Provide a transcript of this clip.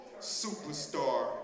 superstar